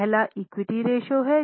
पहला equity ratio है